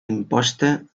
imposta